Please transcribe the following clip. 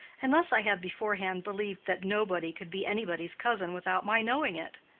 unless i had beforehand believed that nobody could be anybody's cousin without my knowing it.